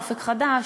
"אופק חדש",